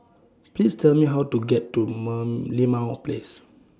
Please Tell Me How to get to Merlimau Place